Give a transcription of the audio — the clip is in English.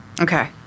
Okay